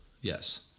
yes